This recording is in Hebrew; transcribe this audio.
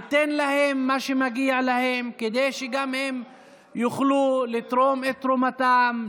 ניתן להם את מה שמגיע להם כדי שגם הם יוכלו לתרום את תרומתם,